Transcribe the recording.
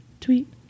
tweet